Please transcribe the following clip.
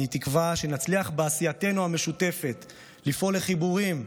אני תקווה שנצליח בעשייתנו המשותפת לפעול לחיבורים,